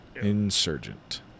Insurgent